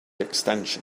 extension